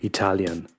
Italian